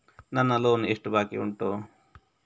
ನನ್ನ ಲೋನ್ ಎಷ್ಟು ಬಾಕಿ ಉಂಟು?